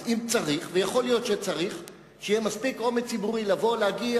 וראוי אולי לקשור